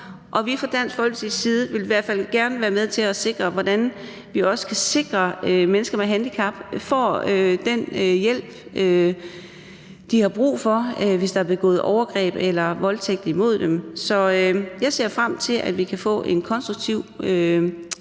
på. Fra Dansk Folkepartis side vil vi i hvert fald gerne være med til at sikre, at også mennesker med handicap får den hjælp, de har brug for, hvis der er blevet begået overgreb eller voldtægt imod dem. Så jeg ser frem til, at vi kan få et konstruktivt udvalgsarbejde,